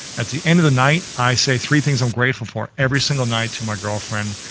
at the end of the night i say three things i'm grateful for, every single night to my girlfriend.